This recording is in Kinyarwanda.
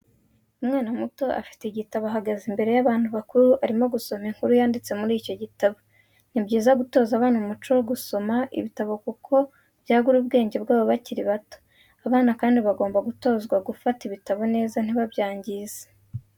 Umwana muto afite igitabo ahagaze imbere y'abantu bakuru arimo gusoma inkuru yanditse muri icyo gitabo. Ni byiza gutoza abana umuco wo gusoma ibitabo kuko byagura ubwenge bwabo bakiri bato, abana kandi bagomba gutozwa gufata ibitabo neza ntibabyangize.